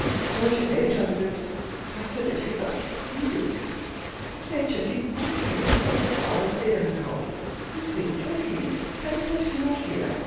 solche eltern sind fast hätte ich gesagt prügel wert das mädchen liegt buchstäblich auf der faulen bärenhaut sie singt und liest tänzelt hin und her